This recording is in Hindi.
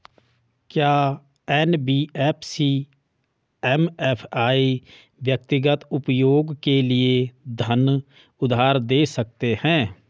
क्या एन.बी.एफ.सी एम.एफ.आई व्यक्तिगत उपयोग के लिए धन उधार दें सकते हैं?